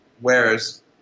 Whereas